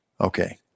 Okay